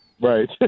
Right